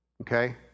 okay